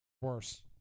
Worse